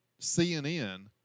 CNN